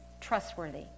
trustworthy